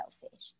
selfish